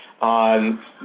on